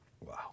Wow